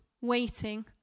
waiting